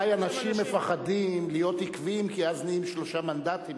אולי אנשים מפחדים להיות עקביים כי אז נהיים שלושה מנדטים.